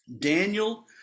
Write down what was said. Daniel